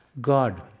God